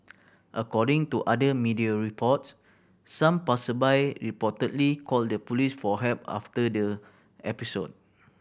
according to other media reports some passersby reportedly called the police for help after the episode